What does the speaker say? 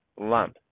lump